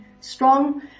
strong